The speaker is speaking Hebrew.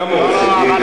גם היא עורכת-דין,